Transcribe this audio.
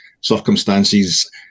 circumstances